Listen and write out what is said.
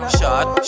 Shot